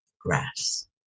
grass